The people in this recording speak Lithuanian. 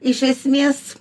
iš esmės